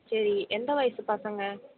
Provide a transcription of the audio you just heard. சரி எந்த வயசு பசங்கள்